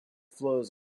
flows